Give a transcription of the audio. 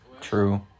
True